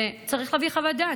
צריך להביא חוות דעת,